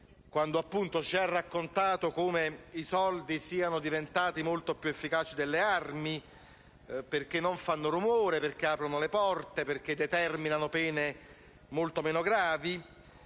quando ci ha raccontato come i soldi siano diventati molto più efficaci delle armi, perché non fanno rumore, perché aprono le porte, perché determinano pene molto meno gravi.